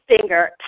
finger